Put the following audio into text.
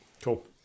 Cool